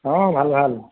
অ' ভাল ভাল